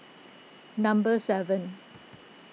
number seven